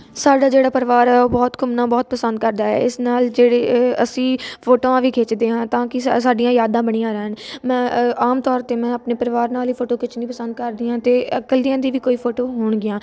ਸਾਡਾ ਜਿਹੜਾ ਪਰਿਵਾਰ ਹੈ ਉਹ ਬਹੁਤ ਘੁੰਮਣਾ ਬਹੁਤ ਪਸੰਦ ਕਰਦਾ ਹੈ ਇਸ ਨਾਲ ਜਿਹੜੀ ਇਹ ਅਸੀਂ ਫੋਟੋਆਂ ਵੀ ਖਿੱਚਦੇ ਹਾਂ ਤਾਂ ਕਿ ਸਾ ਸਾਡੀਆਂ ਯਾਦਾਂ ਬਣੀਆਂ ਰਹਿਣ ਮੈਂ ਆ ਆਮ ਤੌਰ 'ਤੇ ਮੈਂ ਆਪਣੇ ਪਰਿਵਾਰ ਨਾਲ ਹੀ ਫੋਟੋ ਖਿੱਚਣੀ ਪਸੰਦ ਕਰਦੀ ਹਾਂ ਅਤੇ ਇਕੱਲੀਆਂ ਦੀ ਵੀ ਕੋਈ ਫੋਟੋ ਹੋਣਗੀਆਂ